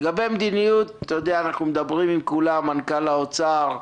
לגבי המדיניות אנחנו מדברים עם כולם: מנכ"ל האוצר,